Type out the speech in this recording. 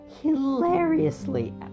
hilariously